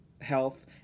health